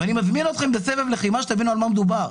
אני מזמין אתכם בסבב לחימה, שתבינו על מה מדובר